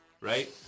right